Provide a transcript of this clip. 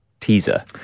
teaser